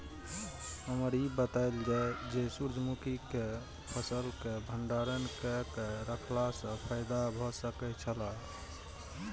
हमरा ई बतायल जाए जे सूर्य मुखी केय फसल केय भंडारण केय के रखला सं फायदा भ सकेय छल?